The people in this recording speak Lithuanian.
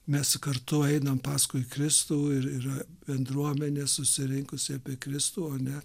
mes kartu einam paskui kristų ir yra bendruomenė susirinkusi apie kristų o ne